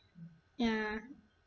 ya